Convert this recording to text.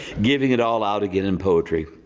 giving it all out again in poetry.